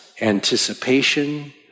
anticipation